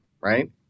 right